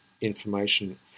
information